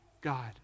God